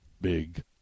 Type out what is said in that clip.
big